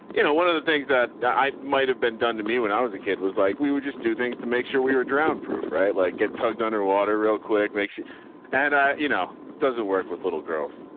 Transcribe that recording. you know one of the things that that i might've been done to me when i was a kid was like, we would just do things to make sure we were drown proof, right? like get tugged under water real quick. makes sure and a, you know, doesn't work with little girls